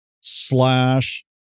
slash